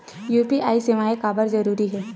UPI सेवाएं काबर जरूरी हे?